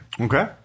okay